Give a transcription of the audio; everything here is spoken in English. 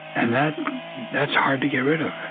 and that's that's hard to get rid of.